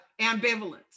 ambivalence